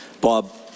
Bob